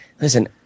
Listen